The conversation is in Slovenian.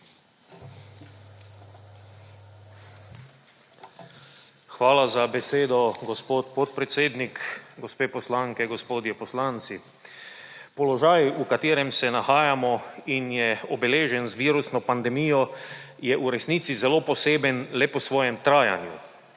Hvala za besedo, gospod podpredsednik. Gospe poslanke, gospodje poslanci! Položaj, v katerem se nahajamo in je obeležen z virusno pandemijo, je v resnici zelo poseben le po svojem trajanju.